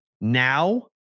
Now